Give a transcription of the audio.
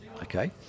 okay